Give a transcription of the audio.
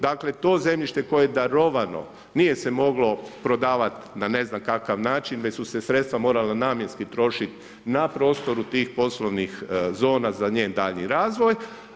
Dakle, to zemljište koje je darovano, nije se moglo prodavati na ne znam kakav način, već su se sredstva morale namjenski trošiti na prostoru tih prostornih zona, za njen daljnji razvoj.